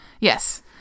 yes